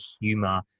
humor